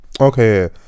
okay